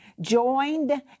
joined